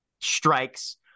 strikes